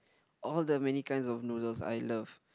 all the many kinds of noodles I love